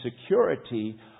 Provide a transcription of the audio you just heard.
security